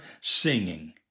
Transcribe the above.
singing